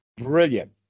brilliant